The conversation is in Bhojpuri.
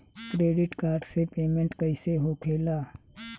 क्रेडिट कार्ड से पेमेंट कईसे होखेला?